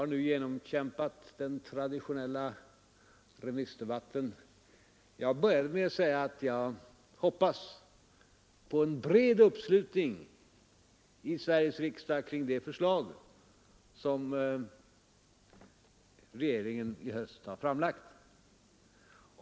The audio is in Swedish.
För att sluta med ett försonligt tonfall vill jag erinra om att jag började med att säga att jag hoppades på en bred uppslutning i Sveriges riksdag kring de förslag som regeringen i höst har framlagt.